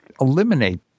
eliminate